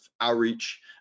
outreach